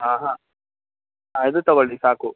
ಆಹಾಂ ಅದು ತೊಗೊಳ್ಳಿ ಸಾಕು